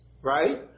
right